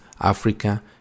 Africa